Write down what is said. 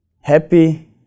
happy